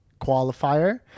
qualifier